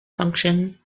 function